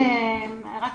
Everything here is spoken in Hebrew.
שתי